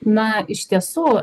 na iš tiesų